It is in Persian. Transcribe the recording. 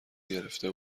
گرفته